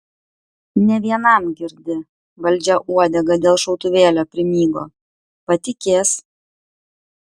ne vienam girdi valdžia uodegą dėl šautuvėlio primygo patikės